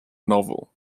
novel